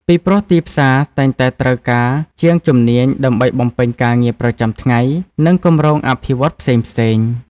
ពីព្រោះទីផ្សារតែងតែត្រូវការជាងជំនាញដើម្បីបំពេញការងារប្រចាំថ្ងៃ និងគម្រោងអភិវឌ្ឍន៍ផ្សេងៗ។